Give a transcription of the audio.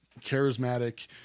charismatic